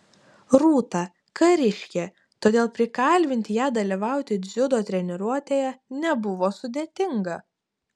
rūta kariškė todėl prikalbinti ją dalyvauti dziudo treniruotėje nebuvo sudėtinga